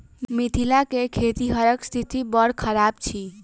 मिथिला मे खेतिहरक स्थिति बड़ खराब अछि